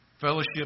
fellowship